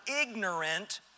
ignorant